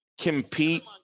compete